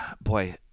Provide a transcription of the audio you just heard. boy